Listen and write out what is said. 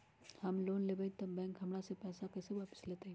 हम लोन लेलेबाई तब बैंक हमरा से पैसा कइसे वापिस लेतई?